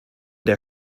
der